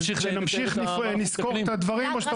שנמשיך לסקור את הדברים?